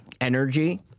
energy